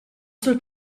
sur